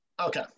Okay